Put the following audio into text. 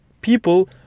people